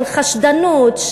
של חשדנות,